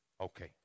Okay